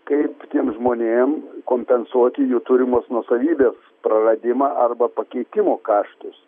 kaip tiem žmonėm kompensuoti jų turimos nuosavybės praradimą arba pakeitimo kaštus